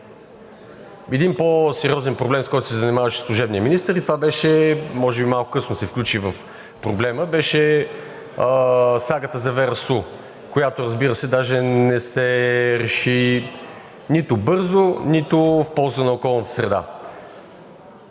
един по-сериозен проблем, с който се занимаваше служебният министър, и може би малко късно се включи в проблема, а това беше сагата за „Вера Су“, която, разбира се, даже не се реши нито бързо, нито в полза на околната среда.